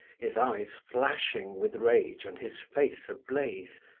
his eyes flashing with rage and his face ablaze.